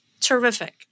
terrific